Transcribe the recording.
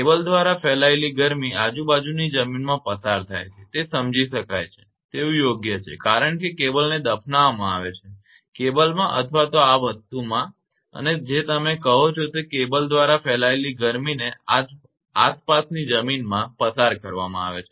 cable દ્વારા ફેલાયેલી ગરમી આજુબાજુની જમીનમાં પસાર થાય છે તે સમજી શકાય તેવું યોગ્ય છે કારણ કે કેબલને દફનાવવામાં આવે છે કેબલમાં અથવા તો આ વસ્તુમાં અને જે તમે કહો છો તે કેબલ દ્વારા ફેલાયેલી ગરમીને આસપાસની જમીનમાં પસાર કરવામાં આવે છે